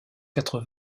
quatre